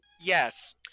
yes